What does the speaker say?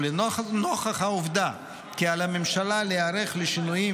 ולנוכח העובדה כי על הממשלה להיערך לשינויים